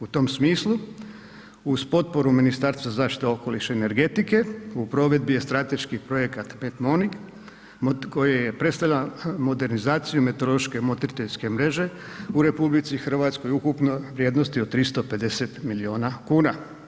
U tom smislu uz potporu Ministarstva zaštite okoliša i energetike u provedbi je strateški projekat METMONIC koji predstavlja modernizaciju meteorološke motriteljske mreže u RH u ukupnoj vrijednosti od 350 milijuna kuna.